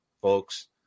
folks